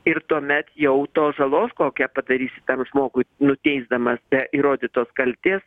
ir tuomet jau tos žalos kokią padarysi tam žmogui nuteisdamas be įrodytos kaltės